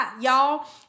y'all